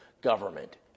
government